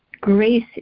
grace